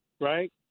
right